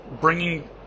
bringing